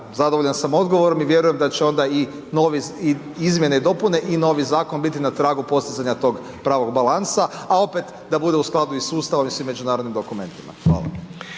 zadovoljan sam odgovorom i vjerujem da će onda i izmjene i dopune i novi Zakon biti na tragu postizanja tog pravog balansa, a opet da bude u skladu i s Ustavom i svim međunarodnim dokumentima. Hvala.